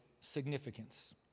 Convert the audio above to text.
significance